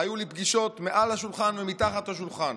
היו לי פגישות מעל השולחן ומתחת לשולחן